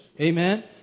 Amen